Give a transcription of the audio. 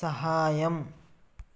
సహాయం